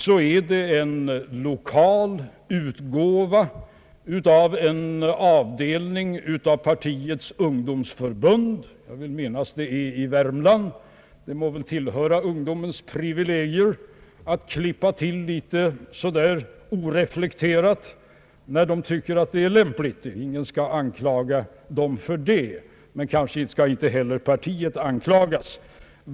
Det rör sig om en lokal utgåva av en avdelning utav partiets ungdomsförbund — jag vill minnas att det är i Värmland. Det må väl tillhöra ungdomens privilegier att klippa till så där litet oreflekterat när den tycker att det är lämpligt. Ingen skall anklaga ungdomarna för det, men partiet kanske inte heller skall anklagas.